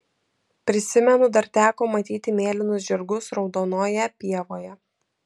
prisimenu dar teko matyti mėlynus žirgus raudonoje pievoje